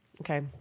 Okay